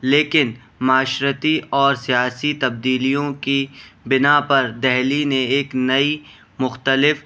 لیکن معاشرتی اور سیاسی تبدیلیوں کی بنا پر دہلی نے ایک نئی مختلف